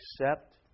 accept